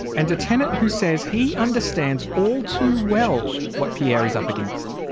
and a tenant who says he understands all too well what pierre is up against.